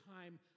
time